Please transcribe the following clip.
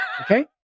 okay